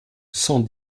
cent